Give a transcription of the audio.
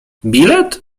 bilet